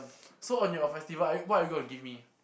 so on your festival are you what are you going to give me